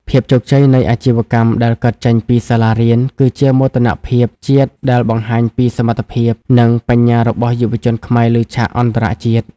ភាពជោគជ័យនៃអាជីវកម្មដែលកើតចេញពីសាលារៀន គឺជាមោទនភាពជាតិដែលបង្ហាញពីសមត្ថភាព និងបញ្ញារបស់យុវជនខ្មែរលើឆាកអន្តរជាតិ។